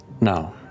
Now